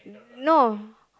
no